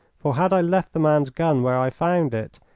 for had i left the man's gun where i found it,